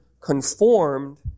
conformed